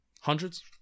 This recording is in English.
Hundreds